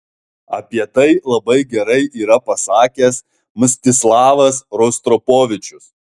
apie tai labai gerai yra pasakęs mstislavas rostropovičius